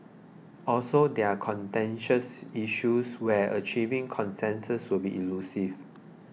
also they are contentious issues where achieving consensus will be elusive